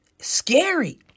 Scary